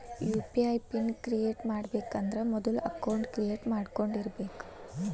UPI pin create ಮಾಡಬೇಕಂದ್ರ ಮೊದ್ಲ account create ಮಾಡ್ಕೊಂಡಿರಬೆಕ್